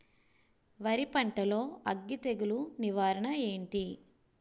వరి పంటలో అగ్గి తెగులు నివారణ ఏంటి?